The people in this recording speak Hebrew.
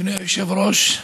אדוני היושב-ראש,